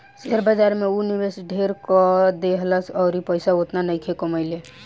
share बाजार में ऊ निवेश ढेर क देहलस अउर पइसा ओतना नइखे कमइले